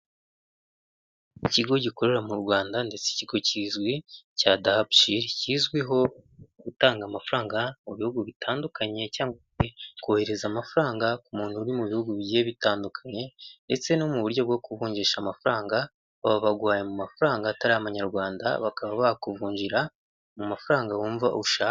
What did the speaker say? Ikigo gikorera mu Rwanda ndetse ikigo kizwi cya dahabshiili kizwiho gutanga amafaranga mu Bihugu bitandukanye, cyangwa kohereza amafaranga ku muntu uri mu Bihugu bigiye bitandukanye, ndetse no mu buryo bwo ku kuvunjisha amafaranga baba baguhaye mu mafaranga atari amanyarwanda bakaba bakuvunjira mu mafaranga wumva ushaka.